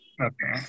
Okay